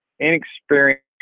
inexperienced